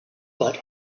but